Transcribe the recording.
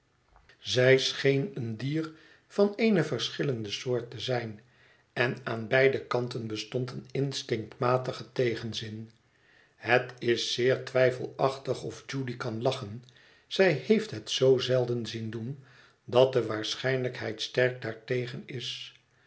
zij scheen een dier van eene verschillende soort te zijn en aan beide kanten bestond een instinctmatige tegenzin het is zeer twijfelachtig of judy kan lachen zij heeft het zoo zelden zien doen dat de waarschijnlijkheid sterk daartegen is